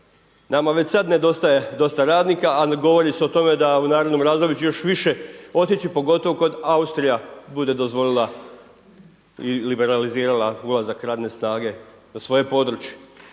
Nama već sada nedostaje dosta radnika, a govori se o tome da u narednom razdoblju će još više otići, pogotovo kad Austrija bude dozvolila i liberalizirala ulazak radne snage na svoje područje.